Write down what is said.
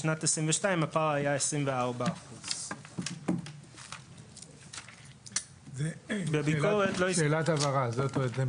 בשנת 22 הפער היה 24%. שאלת הבהרה הפער הוא בין